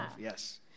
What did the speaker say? Yes